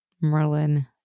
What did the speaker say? merlin